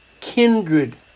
kindred